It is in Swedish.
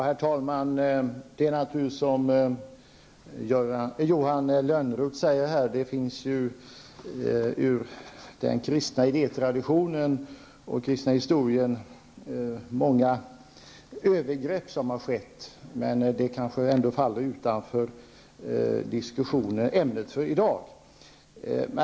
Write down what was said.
Herr talman! Det har naturligtvis, som Johan Lönnroth säger, i den kristna idétraditionen och den kristna historien förekommit många övergrepp. Men det kanske ändå faller utanför ämnet för i dag.